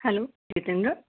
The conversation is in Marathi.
हॅलो जितेंद्र